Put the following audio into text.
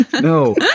No